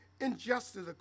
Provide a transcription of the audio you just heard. injustice